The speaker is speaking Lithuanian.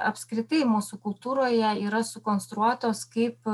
apskritai mūsų kultūroje yra sukonstruotos kaip